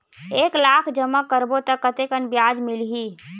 एक लाख जमा करबो त कतेकन ब्याज मिलही?